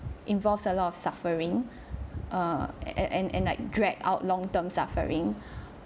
involves a lot of suffering err and and and like drag out long term suffering